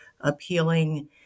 appealing